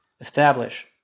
establish